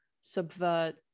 subvert